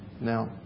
Now